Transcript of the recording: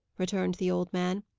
returned the old man.